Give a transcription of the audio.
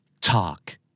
Talk